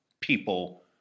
people